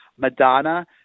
Madonna